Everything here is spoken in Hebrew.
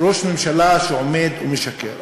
ראש ממשלה שעומד ומשקר.